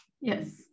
Yes